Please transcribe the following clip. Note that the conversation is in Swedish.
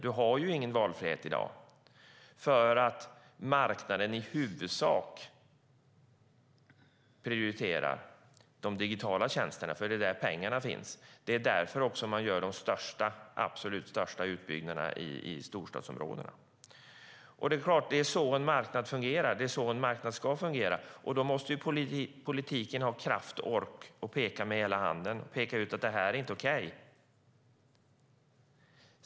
Man har ingen valfrihet i dag eftersom marknaden i huvudsak prioriterar de digitala tjänsterna. Det är där pengarna finns. Det är därför de absolut största utbyggnaderna görs i storstadsområdena. Det är klart att det är så en marknad fungerar, och ska fungera. Därför måste politiken ha kraft att peka med hela handen och säga att det inte är okej.